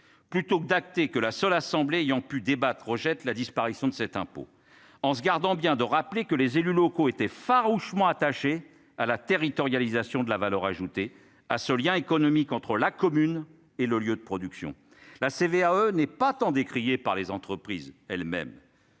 plutôt que d'acter que la seule assemblée ayant pu débattent rejette la disparition de cet impôt, en se gardant bien de rappeler que les élus locaux étaient farouchement attachés à la territorialisation de la valeur ajoutée à ce lien économique entre la commune et le lieu de production, la CVAE n'est pas tant décrié par les entreprises elles-mêmes.